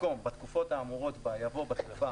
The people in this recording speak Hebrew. במקום "בתקופות האמורות בה" יבוא "בתקופה